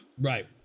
right